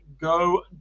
go